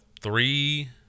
three